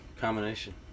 combination